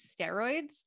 steroids